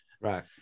Right